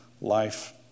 life